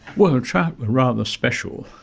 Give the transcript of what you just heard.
well, trout are rather special.